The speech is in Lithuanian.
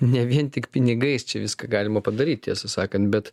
ne vien tik pinigais čia viską galima padaryti tiesą sakant bet